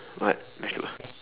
what vegetables